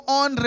on